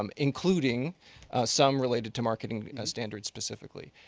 um including some relating to market and and standards specifically.